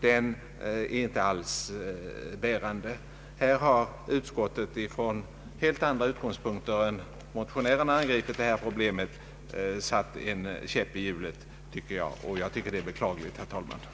Utskottet har angripit detta problem från helt andra utgångspunkter än motionärerna och enligt min mening satt en käpp i hjulet för u-landsinsatser som kan vara av stort värde, något som är beklagligt.